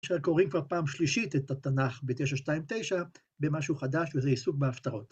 ‫שקוראים כבר פעם שלישית ‫את התנ״ך ב-929 במשהו חדש, ‫וזה עיסוק בהפתרות.